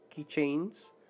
keychains